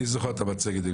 אני זוכר את המצגת.